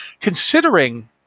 considering